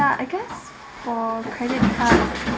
ya I guess for credit card